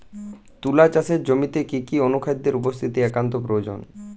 তুলা চাষের জমিতে কি কি অনুখাদ্যের উপস্থিতি একান্ত প্রয়োজনীয়?